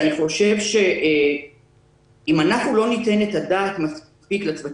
אם אנחנו לא ניתן מספיק את הדעת לצוותים